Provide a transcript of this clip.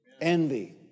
envy